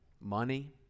money